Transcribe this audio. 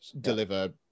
deliver